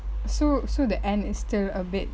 so so the end is still a bit